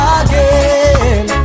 again